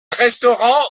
restaurant